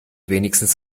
wenigstens